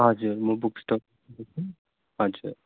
हजुर म बुक स्टलदेखि हजुर